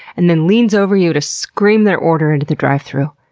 and then leans over you to scream their order into the drive thru,